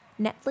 Netflix